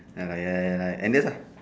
ya lah ya ya ya ya like Andes lah